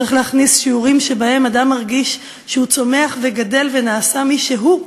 צריך להכניס שיעורים שבהם אדם מרגיש שהוא צומח וגדל ונעשה מי שהוא,